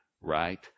Right